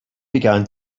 began